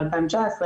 ב-2019,